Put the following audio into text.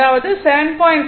அதாவது 7